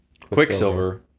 Quicksilver